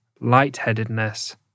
lightheadedness